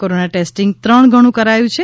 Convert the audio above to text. corona testing ત્રણ ગણું કરાયું છે